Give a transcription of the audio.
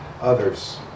others